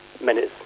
minutes